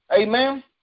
Amen